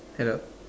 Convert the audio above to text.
hello